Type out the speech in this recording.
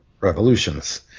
Revolutions